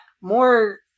more